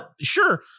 sure